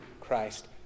Christ